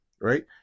right